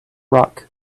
rock